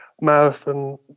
marathon